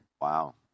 Wow